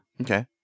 okay